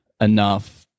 enough